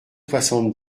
soixante